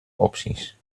opties